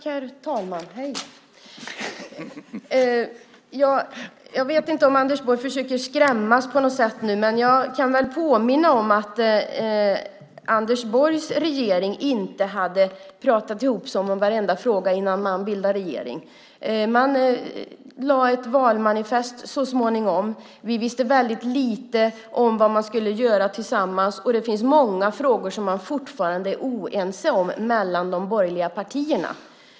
Herr talman! Jag vet inte om Anders Borg försöker skrämmas på något sätt. Jag kan påminna om att Anders Borgs regering inte hade pratat ihop sig om varenda fråga innan man bildade regering. Man lade så småningom fram ett valmanifest. Vi visste väldigt lite om vad man skulle göra tillsammans. Det är många frågor som de borgerliga partierna fortfarande är oense om.